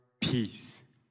peace